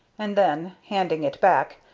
and then, handing it back,